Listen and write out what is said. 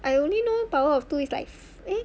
I only know power of two is like eh